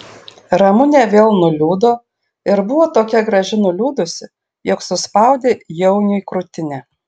ramunė vėl nuliūdo ir buvo tokia graži nuliūdusi jog suspaudė jauniui krūtinę